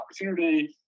opportunity